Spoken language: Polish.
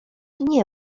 nie